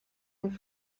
and